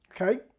okay